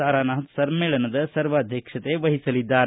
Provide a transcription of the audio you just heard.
ತಾರನಾಥ ಸಮ್ಮೇಳನದ ಸರ್ವಾಧ್ಯಕ್ಷತೆ ವಹಿಸಲಿದ್ದಾರೆ